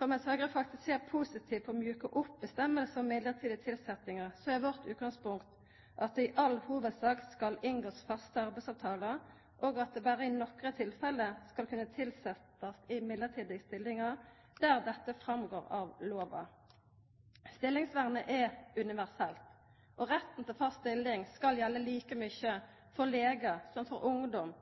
For mens Høgre faktisk ser positivt på å mjuka opp avgjerder om mellombelse tilsetjingar, er vårt utgangspunkt at ein i all hovudsak skal inngå faste arbeidsavtalar, og at ein berre i nokre tilfelle skal kunna tilsetja i mellombelse stillingar, der dette går fram av lova. Stillingsvernet er universelt, og retten til fast stilling skal gjelda like mykje for legar som for ungdom,